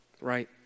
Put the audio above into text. right